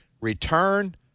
return